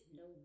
no